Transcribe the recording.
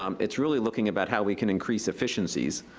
um it's really looking about how we can increase efficiencies